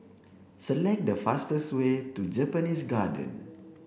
select the fastest way to Japanese Garden